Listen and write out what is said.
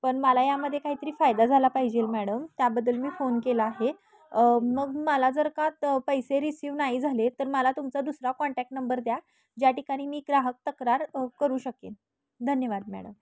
पण मला यामध्ये काहीतरी फायदा झाला पाहिजेल मॅडम त्याबद्दल मी फोन केला आहे मग मला जर का तर पैसे रिसिव्ह नाही झाले तर मला तुमचा दुसरा कॉन्टॅक्ट नंबर द्या ज्या ठिकाणी मी ग्राहक तक्रार करू शकेन धन्यवाद मॅडम